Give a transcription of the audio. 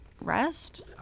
rest